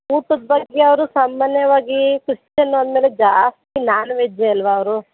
ಊಟದ್ ಬಗ್ಗೆ ಅವರು ಸಾಮಾನ್ಯವಾಗಿ ಕ್ರಿಶ್ಚನ್ ಅಂದಮೇಲೆ ಜಾಸ್ತಿ ನಾನ್ ವೆಜ್ಜೆ ಅಲ್ವಾ ಅವರು